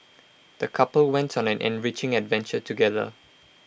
the couple went on an enriching adventure together